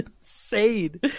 insane